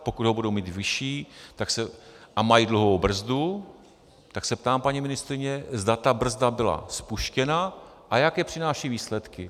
Pokud ho budou mít vyšší a mají dluhovou brzdu, tak se ptám paní ministryně, zda ta brzda byla spuštěna a jaké přináší výsledky.